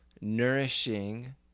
nourishing